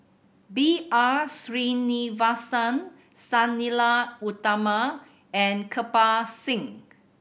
B R Sreenivasan Sang Nila Utama and Kirpal Singh